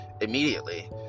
immediately